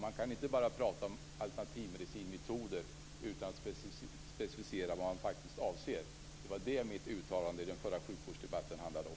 Man kan inte bara prata om alternativmedicinmetoder utan att specificera vad man avser. Det var detta som mitt uttalande i den förra sjukvårdsdebatten handlade om.